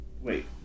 Wait